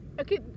Okay